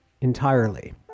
entirely